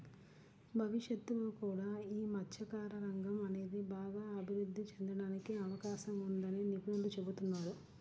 భవిష్యత్తులో కూడా యీ మత్స్యకార రంగం అనేది బాగా అభిరుద్ధి చెందడానికి అవకాశం ఉందని నిపుణులు చెబుతున్నారు